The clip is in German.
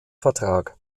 vertrag